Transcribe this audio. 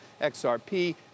XRP